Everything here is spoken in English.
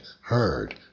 heard